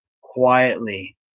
quietly